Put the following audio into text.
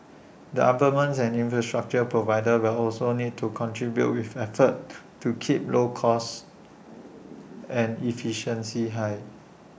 the and infrastructure providers will also need to contribute with efforts to keep low costs and efficiency high